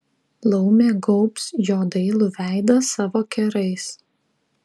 laumė gaubs jo dailų veidą savo kerais